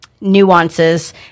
nuances